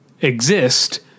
exist